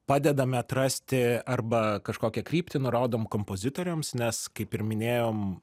padedame atrasti arba kažkokią kryptį nurodom kompozitoriams nes kaip ir minėjom